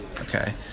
Okay